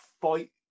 fight